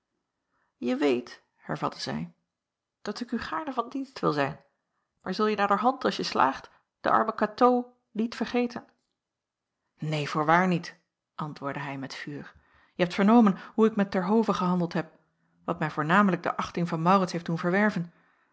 je weet hervatte zij dat ik u gaarne van dienst wil zijn maar zulje naderhand als je slaagt de arme katoo niet vergeten neen voorwaar niet antwoordde hij met vuur je hebt vernomen hoe ik met terhove gehandeld heb wat mij voornamelijk de achting van maurits heeft doen verwerven